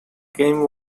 game